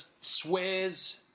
swears